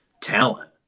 talent